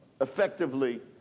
Effectively